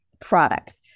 products